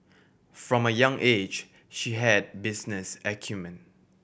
from a young age she had business acumen